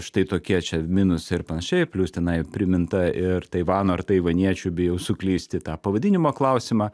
štai tokie čia minusai ir panašiai plius tenai priminta ir taivano ar taivaniečių bijau suklysti tą pavadinimo klausimą